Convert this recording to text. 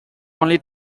only